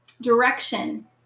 direction